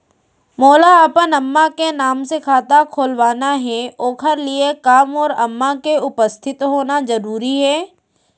मोला अपन अम्मा के नाम से खाता खोलवाना हे ओखर लिए का मोर अम्मा के उपस्थित होना जरूरी हे?